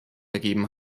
ergeben